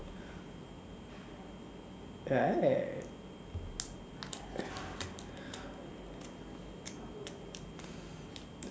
right